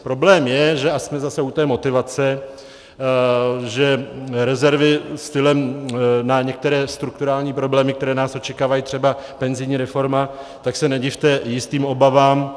Problém je, a jsme zase u té motivace, že rezervy na některé strukturální problémy, které nás očekávají, třeba penzijní reforma, tak se nedivte jistým obavám.